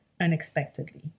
unexpectedly